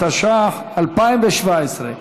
התשע"ח 2017,